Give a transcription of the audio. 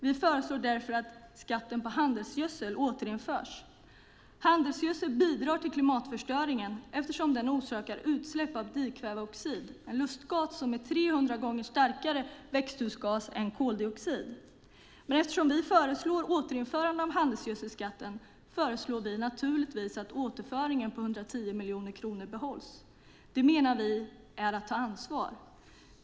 Vi föreslår därför att skatten på handelsgödsel återinförs. Handelsgödsel bidrar till klimatförstöringen eftersom det orsakar utsläpp av dikväveoxid, en lustgas som är en 300 gånger starkare växthusgas än koldioxid. Eftersom vi föreslår ett återinförande av handelsgödselskatten föreslår vi naturligtvis att återföringen på 110 miljoner kronor behålls. Det menar vi är att ta ansvar.